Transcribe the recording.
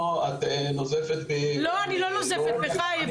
את נוזפת בי --- לא, אני לא נוזפת בך.